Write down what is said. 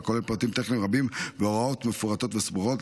הכולל פרטים טכניים רבים והוראות מפורטות וסבוכות.